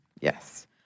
Yes